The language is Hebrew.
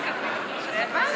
של קבוצת סיעת יש עתיד לסעיף